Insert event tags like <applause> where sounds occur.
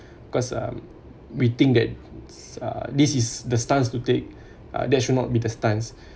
cause um we think that uh this is the stance to take uh there should not be the stance <breath>